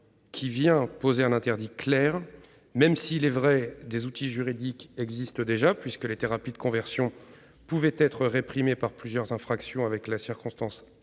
loi vient poser un interdit clair, même s'il est vrai que des outils juridiques existent déjà, puisque les thérapies de conversion pouvaient être réprimées par plusieurs infractions avec la circonstance aggravante